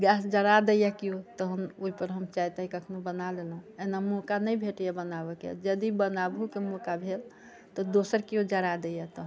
gas जरा दैया केओ तऽ हम ओहि पर हम चाय ताय कखनऊ बना लेलहुॅं एना मौका नहि भेटैया बनाबैके यदि बनाबौके मौका भेल तऽ दोसर केओ जरा दैया तऽ